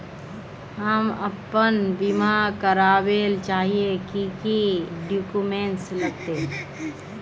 हम अपन बीमा करावेल चाहिए की की डक्यूमेंट्स लगते है?